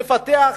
נפתח,